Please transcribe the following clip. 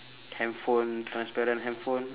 handphone transparent handphone